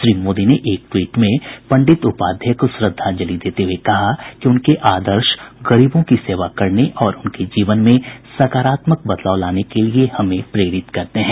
श्री मोदी ने एक ट्वीट में पंडित उपाध्याय को श्रद्धांजलि देते हुए कहा कि उनके आदर्श गरीबों की सेवा करने और उनके जीवन में सकारात्मक बदलाव लाने के लिए हमें प्रेरित करते हैं